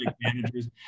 managers